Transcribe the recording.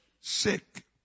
Sick